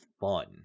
fun